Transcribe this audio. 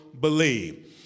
believe